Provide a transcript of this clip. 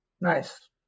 Nice